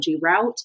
route